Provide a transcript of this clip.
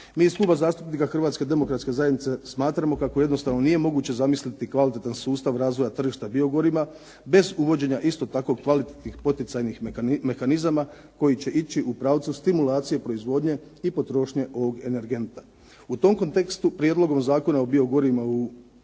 Mi iz Kluba zastupnika Hrvatske demokratske zajednice smatramo kako jednostavno nije moguće zamisliti kvalitetan sustav razvoja tržišta biogorivima bez uvođenja isto tako kvalitetnih poticajnih mehanizama koji će ići u pravcu stimulacije proizvodnje i potrošnje ovog energenta. U tom kontekstu Prijedlogom zakona o biogorivima u prijevozu